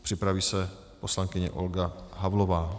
Připraví se poslankyně Olga Havlová.